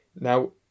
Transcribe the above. Now